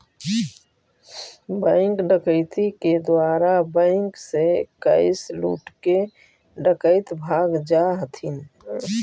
bank डकैती के द्वारा बैंक से कैश लूटके डकैत भाग जा हथिन